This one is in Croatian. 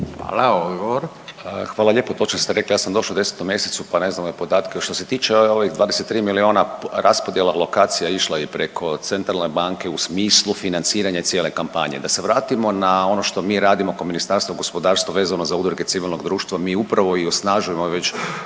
Hrvoje** Hvala lijepo. Pa kao što ste rekli ja sam došao u 10. mjesecu pa ne znam ove podatke. Što se tiče ovih 23 miliona raspodjela alokacija išla je i preko centralne banke u smislu financiranja cijele kampanje. Da se vratimo na ono što mi radimo kao Ministarstvo gospodarstva vezano za udruge civilnog društva. Mi upravo i osnažujemo već